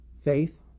Faith